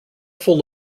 full